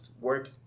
work